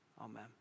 amen